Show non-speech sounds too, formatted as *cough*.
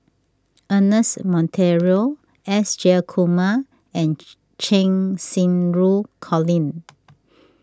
Ernest Monteiro S Jayakumar and *noise* Cheng Xinru Colin